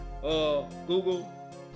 Google